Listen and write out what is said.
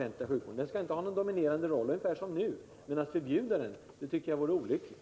Den privata sjukvården skall inte ha någon dominerande roll — den kan ha ungefär samma omfattning som nu, men att förbjuda den vore olyckligt.